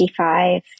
55